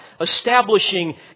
establishing